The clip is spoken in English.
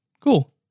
cool